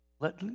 Let